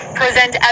present